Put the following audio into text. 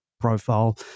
profile